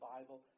Bible